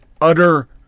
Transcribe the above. utter